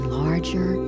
larger